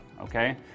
okay